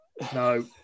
no